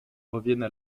reviennent